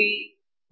P H